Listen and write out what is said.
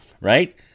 right